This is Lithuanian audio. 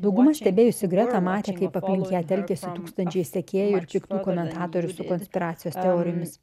dauguma stebėjusių gretą matė kaip aplink ją telkiasi tūkstančiai sekėjų ir piktų komentatorių su konspiracijos teorijomis